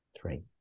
three